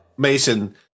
Mason